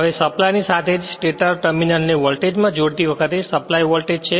હવે સપ્લાય ની સાથે જ સ્ટેટર ટર્મિનલને વોલ્ટેજમાં જોડતી વખતે સપ્લાય વોલ્ટેજ છે